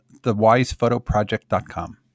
thewisephotoproject.com